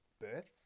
births